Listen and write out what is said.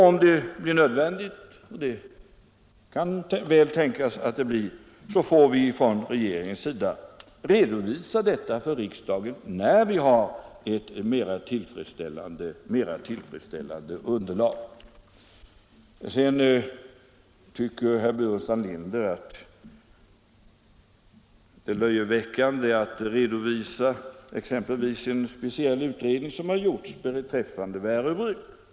Om det blir nödvändigt — och det kan väl tänkas att det blir — får vi från regeringens sida redovisa det för riksdagen när vi har ett mera tillfredsställande underlag. Herr Burenstam Linder tycker att det är löjeväckande att redovisa en speciell utredning som gjorts beträffande Värö Bruk.